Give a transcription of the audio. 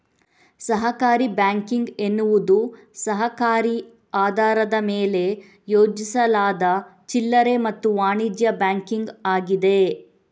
ಸಹಕಾರಿ ಬ್ಯಾಂಕಿಂಗ್ ಎನ್ನುವುದು ಸಹಕಾರಿ ಆಧಾರದ ಮೇಲೆ ಆಯೋಜಿಸಲಾದ ಚಿಲ್ಲರೆ ಮತ್ತು ವಾಣಿಜ್ಯ ಬ್ಯಾಂಕಿಂಗ್ ಆಗಿದೆ